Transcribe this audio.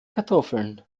kartoffeln